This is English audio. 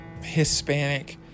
Hispanic